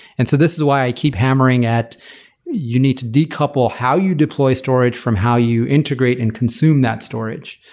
and so this is why i keep hammering at you need to decouple how you deploy storage from how you integrate and consume that storage.